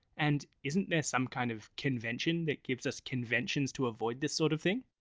and isn't there some kind of convention that gives us conventions to avoid this sort of thing?